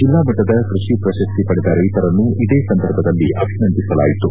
ಜಿಲ್ಲಾ ಮಟ್ಟದ ಕೃಷಿ ಪ್ರಶಸ್ತಿ ಪಡೆದ ರೈತರನ್ನು ಇದೇ ಸಂದರ್ಭದಲ್ಲಿ ಅಭಿನಂದಿಸಲಾಯಿತು